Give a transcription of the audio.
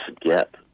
get